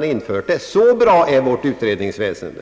Men så bra är tydligen inte vårt utredningsväsende!